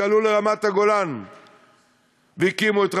שעלו לרמת-הגולן והקימו את רמת-הגולן,